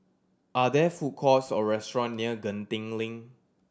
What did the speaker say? are there food courts or restaurant near Genting Link